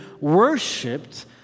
worshipped